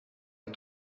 est